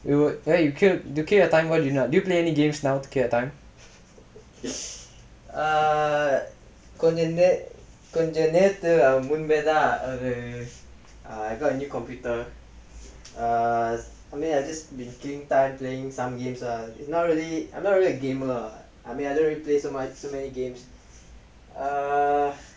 you would you kill you kill your time what do you do you play any games now to kill your time